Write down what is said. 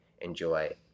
enjoy